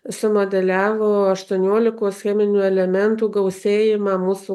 sumodeliavo aštuoniolikos cheminių elementų gausėjimą mūsų